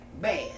bad